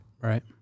right